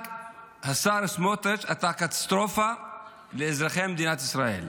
השר סמוטריץ', אתה הקטסטרופה לאזרחי מדינת ישראל,